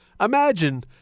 imagine